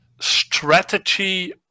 strategy